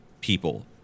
people